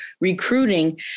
recruiting